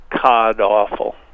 cod-awful